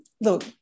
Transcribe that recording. look